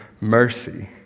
mercy